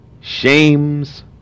shames